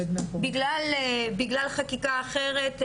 בגלל חקיקה אחרת,